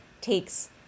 takes